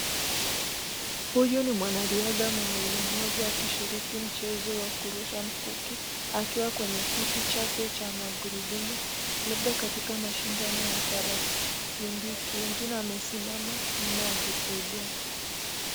Huyu ni mwanariadha mwenye ulemavu akishiriki mchezo wa kurusha mkuki, akiwa kwenye kiti chake cha magurudumu, labda katika mashindano ya Paralympic . Wengine wamesimama nyuma wakishuhudia.